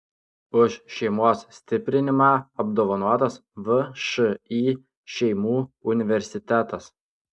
už šeimos stiprinimą apdovanotas všį šeimų universitetas